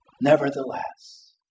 Nevertheless